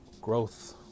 growth